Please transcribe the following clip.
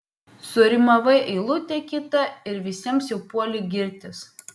surimavai eilutę kitą ir visiems jau puoli girtis